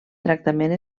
tractament